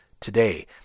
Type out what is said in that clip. today